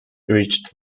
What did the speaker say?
reached